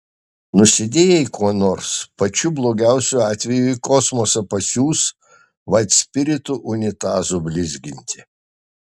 nusidėjai kuo nors pačiu blogiausiu atveju į kosmosą pasiųs vaitspiritu unitazų blizginti